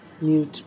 new